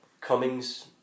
Cummings